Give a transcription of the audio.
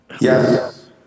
Yes